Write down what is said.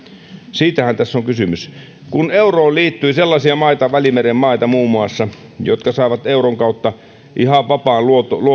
siitähän tässä on kysymys kun euroon liittyi sellaisia maita välimeren maita muun muassa jotka saivat euron kautta ihan vapaan